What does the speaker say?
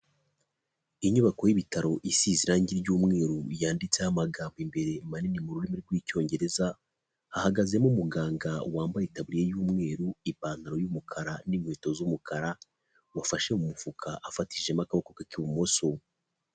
Inyubako y'ibitaro isize irangi ry'umweru yanditseho amagambo imbere manini mu rurimi rw'icyongereza, hahagazemo umuganga wambaye itabiriye y'umweru, ipantaro y'umukara, n'inkweto z'umukara wafashe mu mufuka afatishijemo akaboko k'ibumoso.